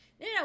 no